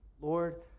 Lord